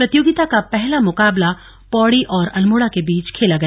प्रतियोगिता का पहला मुकाबला पौड़ी और अल्मोड़ा के बीच खेला गया